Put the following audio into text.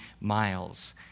miles